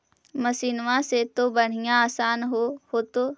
मसिनमा से तो बढ़िया आसन हो होतो?